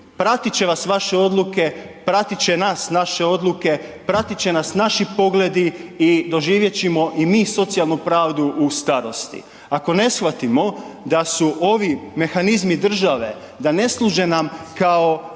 Pratit će vas vaše odluke, pratit će nas naše odluke, pratit će nas naši pogledi i doživjet ćemo i mi socijalnu pravdu u starosti. Ako ne shvatimo da su ovi mehanizmi države da nam ne služe kao